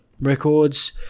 records